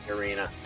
arena